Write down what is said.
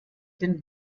den